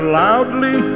loudly